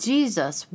Jesus